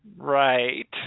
Right